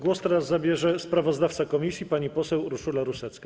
Głos teraz zabierze sprawozdawca komisji pani poseł Urszula Rusecka.